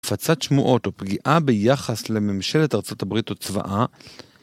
הפצת שמועות או פגיעה ביחס לממשלת ארה״ב או צבאה